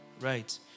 right